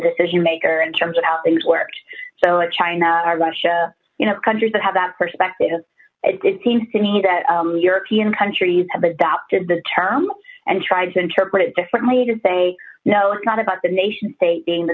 decision maker in terms of how things worked so like china or russia you know countries that have that perspective it seems to me that european countries have adopted the term and tried to interpret it differently to say no it's not about the nation state being the